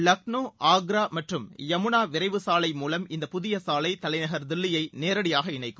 லக்னோ ஆக்ரா மற்றும் யமுனா விரைவு சாலை மூலம் இந்த புதிய சாலை தலைநகர் தில்லியை நேரடியாக இணைக்கும்